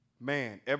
man